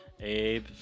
Abe